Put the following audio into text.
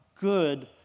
good